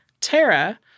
Tara